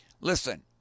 listen